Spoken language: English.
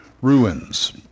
Ruins